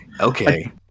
okay